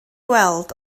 weld